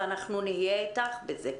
ואנחנו נהיה אתך בזה.